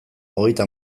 hogeita